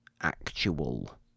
actual